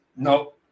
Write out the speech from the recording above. No